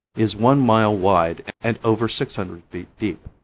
is one mile wide and over six hundred feet deep.